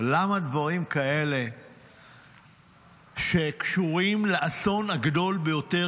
למה דברים כאלה שקשורים לאסון הגדול ביותר